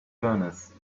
furnace